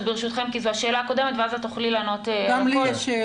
כי זו השאלה הקודמת ואז את תוכלי לענות על הכול.